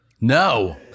No